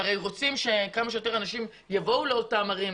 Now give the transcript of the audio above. הם הרי רוצים שכמה שיותר אנשים יבואו לאותן ערים,